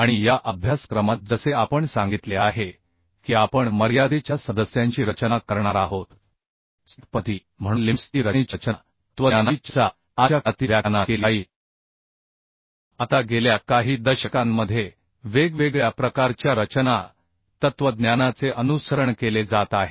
आणि या अभ्यासक्रमात जसे आपण सांगितले आहे की आपण मर्यादेच्या सदस्यांची रचना करणार आहोत स्टॅट पद्धती म्हणून लिमिट स्थिती रचनेच्या रचना तत्त्वज्ञानाची चर्चा आजच्या काळातील व्याख्यानात केली जाईल आता गेल्या काही दशकांमध्ये वेगवेगळ्या प्रकारच्या रचना तत्त्वज्ञानाचे अनुसरण केले जात आहे